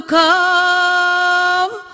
come